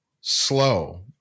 slow